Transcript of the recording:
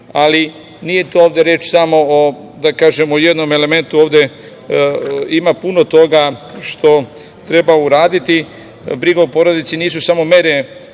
ali nije ovde reč samo o jednom elementu. Ovde ima puno toga što treba uraditi. Briga o porodici nisu samo mere